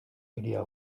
hiria